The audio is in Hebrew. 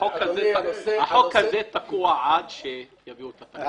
החוק הזה תקוע עד שיביאו את התקנות.